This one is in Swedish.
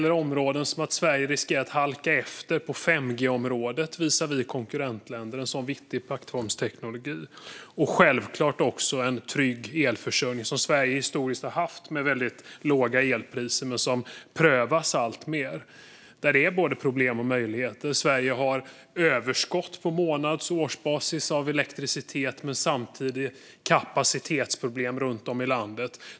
Sverige riskerar att halka efter på 5G-området visavi konkurrentländer. Det är en viktig plattformsteknologi. Det handlar självklart också om en trygg elförsörjning som Sverige historiskt har haft med väldigt låga elpriser, något som prövas alltmer. Det är både problem och möjligheter. Sverige har överskott på månads och årsbasis av elektricitet. Samtidigt har vi kapacitetsproblem runt om i landet.